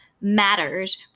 matters